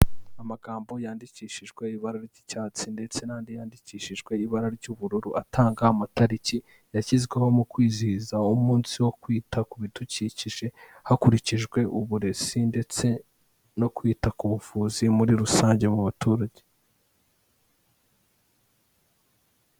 Amagambo yandikishijwe ibara ry'icyatsi ndetse n'andi yandikishijwe ibara ry'ubururu atanga amatariki yashyizweho mu kwizihiza umunsi wo kwita ku bidukikije hakurikijwe uburezi ndetse no kwita ku buvuzi muri rusange mu baturage.